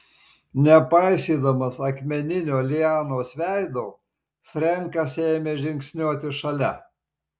nepaisydamas akmeninio lianos veido frenkas ėmė žingsniuoti šalia